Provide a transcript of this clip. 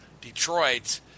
Detroit